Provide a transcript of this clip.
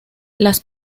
las